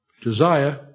Josiah